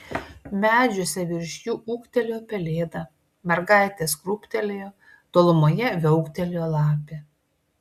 medžiuose virš jų ūktelėjo pelėda mergaitės krūptelėjo tolumoje viauktelėjo lapė